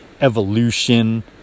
evolution